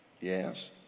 Yes